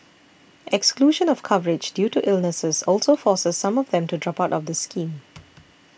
exclusion of coverage due to illnesses also forces some of them to drop out of the scheme